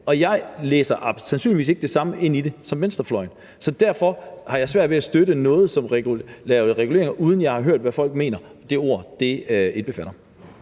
og jeg læser sandsynligvis ikke det samme ind i det som venstrefløjen, så derfor har jeg svært ved at støtte noget, som laver reguleringer, uden at jeg har hørt, hvad folk mener det ord indbefatter.